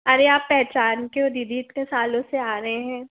अरे आप पहचान के हो दीदी इतने सालों से आ रहे हैं